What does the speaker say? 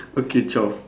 okay twelve